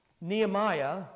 Nehemiah